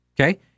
okay